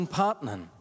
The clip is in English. partners